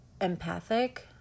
empathic